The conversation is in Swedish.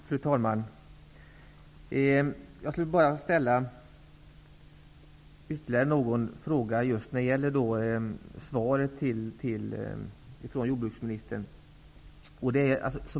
Fru talman! Jag skulle bara vilja ställa ytterligare några frågor när det gäller svaret från jordbruksministern.